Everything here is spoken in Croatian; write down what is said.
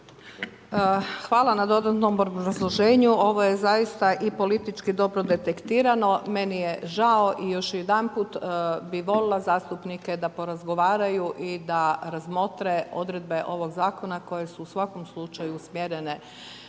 Hvala na dodatnom obrazloženju, ovo je zaista i politički dobro detektirano, meni je žao i još jedanput bi molila zastupnike da porazgovaraju i da razmotre odredbe ovog zakona koje su u svakom slučaju usmjerene